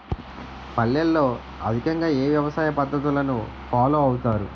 పల్లెల్లో అధికంగా ఏ వ్యవసాయ పద్ధతులను ఫాలో అవతారు?